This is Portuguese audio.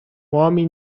homem